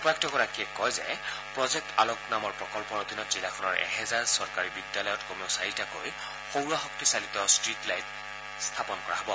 উপায়ুক্তগৰাকীয়ে কয় যে 'প্ৰজেক্ট আলোক' নামৰ প্ৰকল্পৰ অধীনত জিলাখনৰ এহেজাৰ চৰকাৰী বিদ্যালয়ত কমেও চাৰিটাকৈ সৌৰশক্তিৰ দ্বাৰা চালিত ষ্ট্ৰীট লাইট স্থাপন কৰা হ'ব